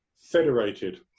Federated